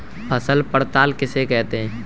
फसल पड़ताल किसे कहते हैं?